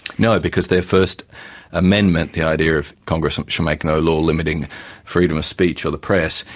no, because their first amendment, the idea of congress should make no law limiting freedom of speech or the press,